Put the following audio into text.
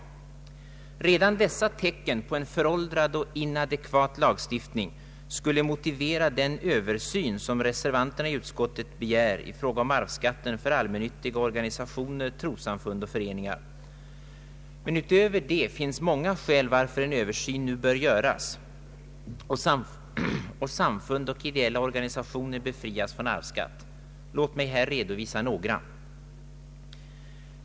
Redan dessa tecken på en föråldrad och inadekvat lagstiftning skulle motivera den översyn som reservanterna i utskottet begär i fråga om arvsskatten för allmännyttiga organisationer, trossamfund och föreningar. Men därutöver finns många skäl till att en översyn nu bör göras och samfund och ideella organisationer befrias från arvsskatt. Låt mig här redovisa några.